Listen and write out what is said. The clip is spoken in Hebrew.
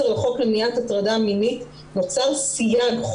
לחוק למניעת הטרדה מינית נוצר סייג.